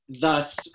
thus